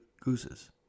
gooses